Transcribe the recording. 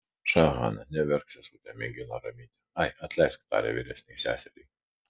ša hana neverk sesute mėgino raminti ai atleisk tarė vyresnei seseriai